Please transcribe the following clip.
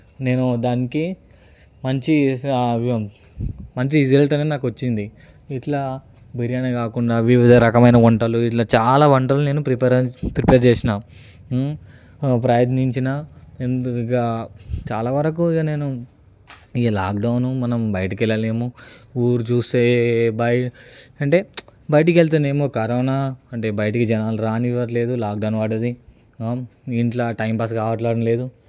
నేను దానికి మంచిగా వేశాను ఆ వ్యుం మంచి రిజల్ట్ అనేది నాకు వచ్చింది ఎట్లా బిర్యానీ కాకుండా వివిధ రకమైన వంటలు ఇట్లా చాలా వంటలు నేను ప్రిపేర్ ప్రిపేర్ చేసిన ప్రయత్నించిన ఎంత ఇక చాలావరకు ఇక నేను ఇంకా లాక్డౌన్ ఇక మనము బయటికి వెళ్లలేము ఊరు చూస్తే బాయ్ అంటే బయటకి వెళ్తేనేమో కరోనా అంటే బయటికి జనాలు రానివ్వట్లేదు లాక్డౌన్ పడ్డది ఇంట్లో టైంపాస్ కావట్లేదు